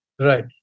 Right